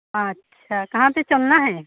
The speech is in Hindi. अच्छा कहाँ से चलना है